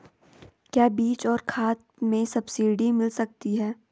क्या बीज और खाद में सब्सिडी मिल जाती है?